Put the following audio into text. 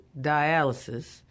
dialysis